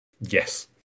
Yes